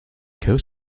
coast